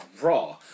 raw